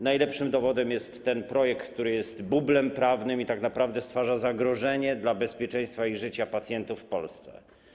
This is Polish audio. Najlepszym dowodem jest ten projekt, który jest bublem prawnym i tak naprawdę stwarza zagrożenie dla bezpieczeństwa i życia pacjentów w Polsce.